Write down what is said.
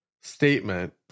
statement